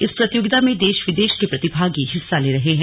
इस प्रतियोगिता में देश विदेश के प्रतिभागी हिस्सा ले रहे हैं